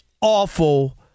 awful